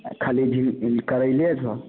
खाली भिं करैले छऽ